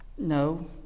No